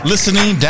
Listening